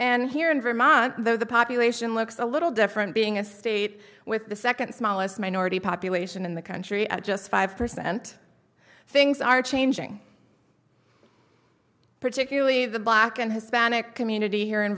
and here in vermont though the population looks a little different being a state with the second smallest minority population in the country at just five percent things are changing particularly the black and hispanic community here in